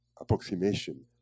approximation